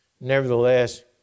nevertheless